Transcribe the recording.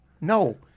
No